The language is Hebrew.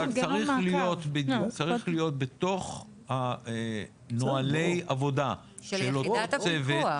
רק צריך להיות בתוך נהלי העבודה של אותו צוות,